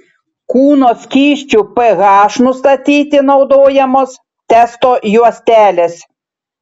kūno skysčių ph nustatyti naudojamos testo juostelės